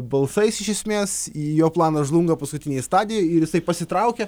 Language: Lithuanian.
balsais iš esmės jo planas žlunga paskutinėj stadijoj ir jisai pasitraukia